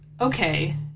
okay